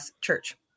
church